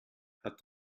hat